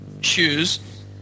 Shoes